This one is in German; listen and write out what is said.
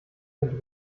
sind